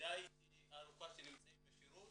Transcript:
די ארוכה שהם נמצאים בשירות,